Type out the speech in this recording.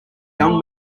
young